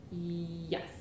Yes